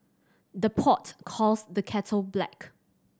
the pot calls the kettle black